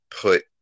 put